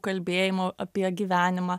kalbėjimo apie gyvenimą